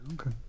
okay